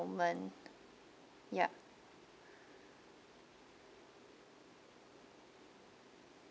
moment yup